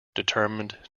determined